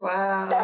Wow